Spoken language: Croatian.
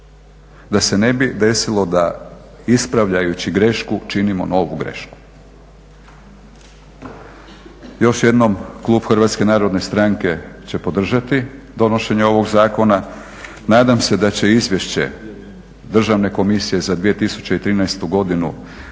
da se ne bi desilo da ispravljajući grešku činimo novu grešku. Još jednom, klub Hrvatske narodne stranke će podržati donošenje ovog zakona. Nadam se da će izvješće Državne komisije za 2013. godinu